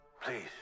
Please